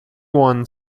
won